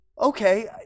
okay